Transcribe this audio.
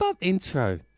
intro